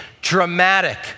dramatic